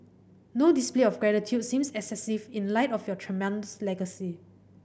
no display of gratitude seems excessive in light of your tremendous legacy